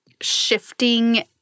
shifting